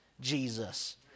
Jesus